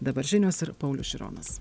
dabar žinios ir paulius šironas